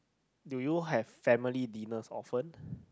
do you have family dinner often